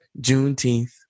Juneteenth